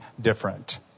different